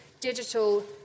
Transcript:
digital